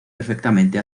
perfectamente